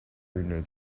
une